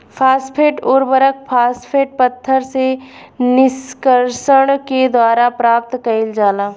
phosphate उर्वरक, phosphate पत्थर से निष्कर्षण के द्वारा प्राप्त कईल जाला